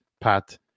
Pat